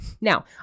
Now